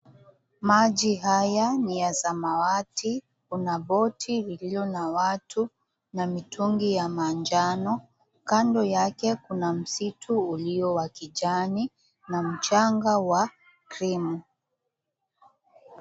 Maji haya ni ya samawati, kuna boti iliyo na watu na mitungi ya manjano. Kando yake kuna msitu ulio wa kijani na mchanga wa krimu.